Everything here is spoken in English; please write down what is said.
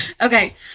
Okay